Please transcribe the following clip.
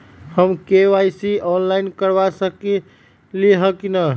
हम KYC online करवा सकली ह कि न?